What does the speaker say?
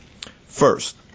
First